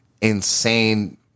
insane